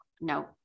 no